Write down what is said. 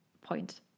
point